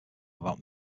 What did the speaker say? about